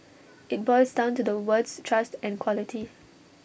IT boils down to the words trust and quality